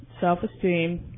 self-esteem